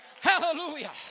Hallelujah